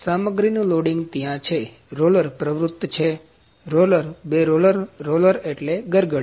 સામગ્રીનું લોડીંગ ત્યાં છે રોલર પ્રવૃત્ત છે રોલર બે રોલર રોલર એક એટલે ગરગડી